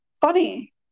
funny